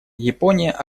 япония